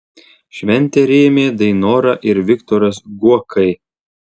šventę rėmė dainora ir viktoras guokai